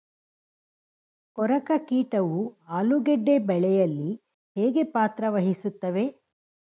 ಕೊರಕ ಕೀಟವು ಆಲೂಗೆಡ್ಡೆ ಬೆಳೆಯಲ್ಲಿ ಹೇಗೆ ಪಾತ್ರ ವಹಿಸುತ್ತವೆ?